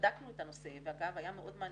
בדקנו את הנושא, ואגב, היה מאוד מעניין.